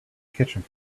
kitchen